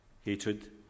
Hatred